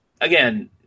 again